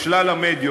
בשלל המדיות.